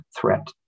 threat